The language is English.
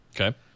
Okay